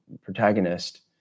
protagonist